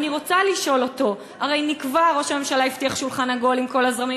אני רוצה לשאול אותו: הרי ראש הממשלה הבטיח שולחן עגול עם כל הזרמים,